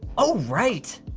oh, right!